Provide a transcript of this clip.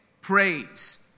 praise